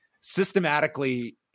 systematically